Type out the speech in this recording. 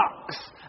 box